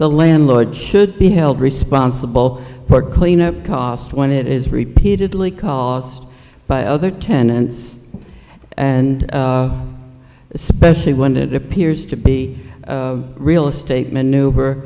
the landlord should be held responsible for cleanup costs when it is repeatedly called by other tenants and especially when it appears to be a real estate maneuver